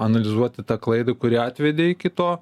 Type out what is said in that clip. analizuoti tą klaidą kuri atvedė iki to